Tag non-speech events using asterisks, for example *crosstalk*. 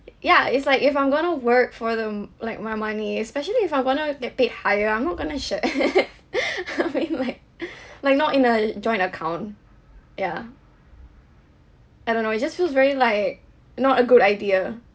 uh ya it's like if I'm going to work for them like my money especially if I want to get paid higher I'm not going to *laughs* share I mean like *breath* like not in a joint account ya I don't know it just feels very like not a good idea